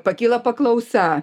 pakyla paklausa